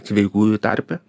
sveikųjų tarpe